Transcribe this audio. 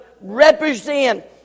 represent